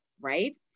Right